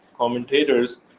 Commentators